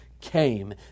came